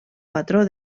patró